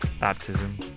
baptism